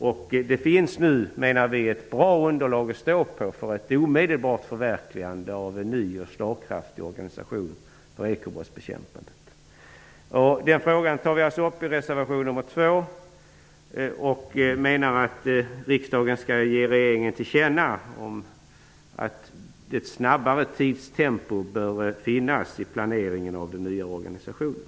Vi menar att det nu finns ett bra underlag för ett omedelbart förverkligande av en ny och slagkraftig organisation för ekobrottsbekämpningen. Vi tar upp den frågan i reservation 2, där vi menar att riksdagen bör ge regeringen till känna att planeringen av den nya organisationen bör ske i ett snabbare tempo.